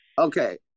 Okay